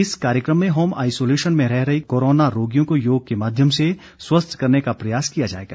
इस कार्यक्रम में होम आइसोलेशन में रह रहे कोरोना रोगियों को योग के माध्यम से स्वस्थ करने का प्रयास किया जाएगा